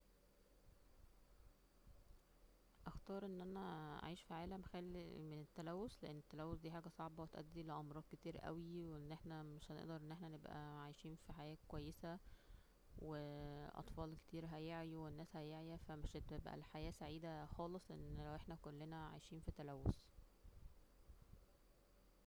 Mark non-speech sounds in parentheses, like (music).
اختار ان انا اعيش فى عالم خ-خالى من التلوثو لان التلوث دى حاجة صعبة وتأدى الى امراض كتير اوى, وان احنا مش هنقدر ان احنا نبقى عايشين فى حياة كويسة, و (hesitation) اطفال كتير هيعويوا, والناس عيعيا ومش هتبقى الحياة سعيدة خالص لو كلنا عايشين فى تلوث